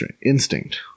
instinct